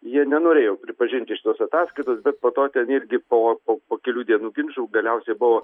jie nenorėjo pripažinti šitos ataskaitos bet po to ten irgi po po po kelių dienų ginčų galiausiai buvo